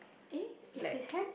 eh is his hand